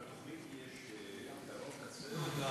בתוכנית יש פתרון קצה או,